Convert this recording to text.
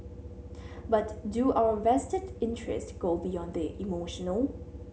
but do our vested interest go beyond the emotional